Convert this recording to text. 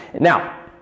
Now